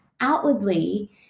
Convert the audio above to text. outwardly